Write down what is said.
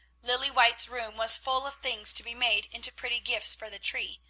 lilly white's room was full of things to be made into pretty gifts for the tree,